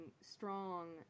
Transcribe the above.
strong